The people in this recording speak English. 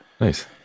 nice